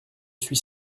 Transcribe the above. suis